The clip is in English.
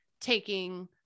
taking